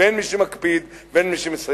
ואין מי שמקפיד ואין מי שמסייע.